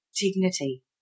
dignity